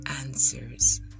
answers